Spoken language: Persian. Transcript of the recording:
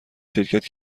شرکت